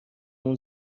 اون